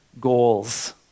goals